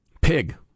pig